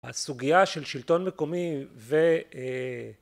הסוגיה של שלטון מקומי ו...